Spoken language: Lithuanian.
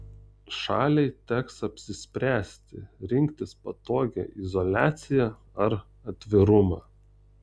šaliai teks apsispręsti rinktis patogią izoliaciją ar atvirumą